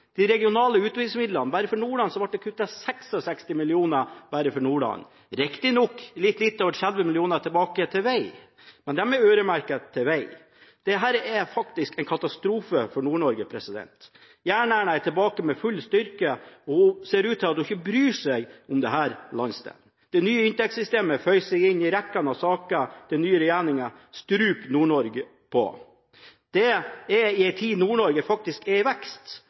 de regionale utviklingsmidlene ble det kuttet 66 mill. kr bare for Nordland. Riktignok gikk litt over 30 mill. kr tilbake til veg, men de er øremerket veg. Dette er faktisk en katastrofe for Nord-Norge. Jern-Erna er tilbake med full styrke, og det ser ut til at hun ikke bryr seg om denne landsdelen. Det nye inntektssystemet føyer seg inn i rekken av saker der den nye regjeringen struper Nord-Norge. Det er i en tid da Nord-Norge faktisk er i vekst